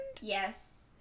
Yes